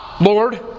Lord